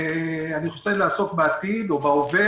אלא בעתיד ובהווה